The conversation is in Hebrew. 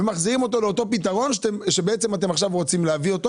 מחזירים אותו לאותו פתרון שאתם רוצים להביא.